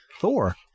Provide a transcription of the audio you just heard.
Thor